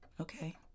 Okay